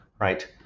right